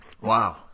Wow